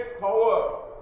power